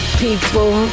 people